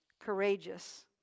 courageous